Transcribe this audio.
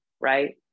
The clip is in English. right